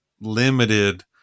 limited